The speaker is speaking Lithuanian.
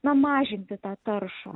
na mažinti tą taršą